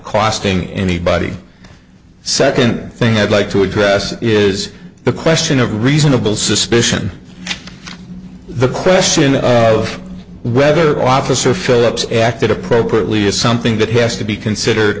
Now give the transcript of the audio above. costing anybody second thing i'd like to address is the question of reasonable suspicion the question of whether officer phillips acted appropriately is something that has to be considered